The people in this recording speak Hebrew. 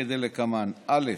כדלקמן: א.